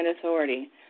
authority